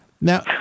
Now